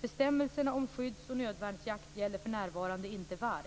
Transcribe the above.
Bestämmelserna om skydds och nödvärnsjakt gäller för närvarande inte varg.